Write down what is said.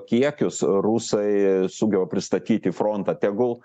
kiekius rusai sugeba pristatyti į frontą tegul